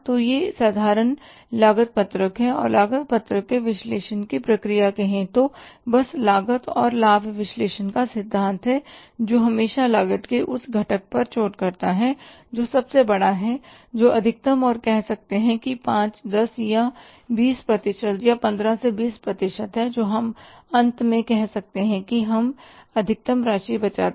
तो यह साधारण लागत पत्रक है और लागत पत्रक के विश्लेषण की प्रक्रिया कहें तो बस लागत और लाभ विश्लेषण का सिद्धांत है जो हमेशा लागत के उस घटक पर चोट करता है जो सबसे बड़ा है जो अधिकतम और कह सकते हैं कि 5 10 या 20 प्रतिशत या 15 20 प्रतिशत तो हम अंत में कह सकते हैं कि हम अधिकतम राशि बचाते हैं